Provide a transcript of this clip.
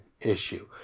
issue